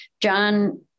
John